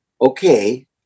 okay